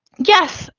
yes.